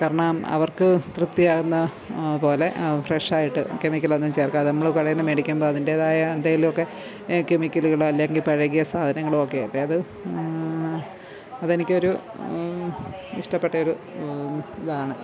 കാരണം അവർക്ക് തൃപ്തിയാവുന്ന പോലെ ഫ്രഷായിട്ട് കെമിക്കലൊന്നും ചേർക്കാതെ നമ്മള് കടയിന്ന് മേടിക്കുമ്പോള് അതിൻ്റെതായ എന്തെലുമൊക്കെ കെമിക്കലുകളും അല്ലെങ്കില് പഴകിയ സാധനങ്ങളുമൊക്കെ അല്ലെങ്കില് അത് അതെനിക്കൊരു ഇഷ്ടപ്പെട്ട ഒരു ഇതാണ്